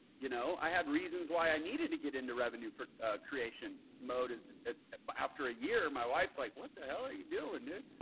you know, i had reasons why i needed to get into revenue creation mode after a year. my wife's like, what the hell are you doing, dude?